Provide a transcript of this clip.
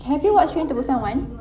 have you watched train to busan one